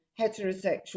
heterosexual